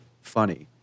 funny